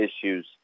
issues